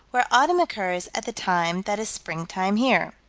where autumn occurs at the time that is springtime here.